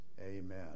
Amen